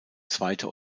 zweite